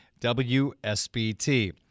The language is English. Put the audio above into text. WSBT